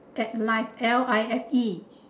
at life L I F E